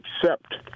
accept